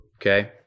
Okay